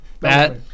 Matt